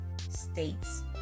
states